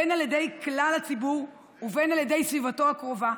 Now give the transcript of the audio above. בין על ידי כלל הציבור ובין על ידי סביבתו הקרובה,